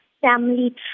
family